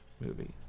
movie